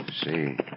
See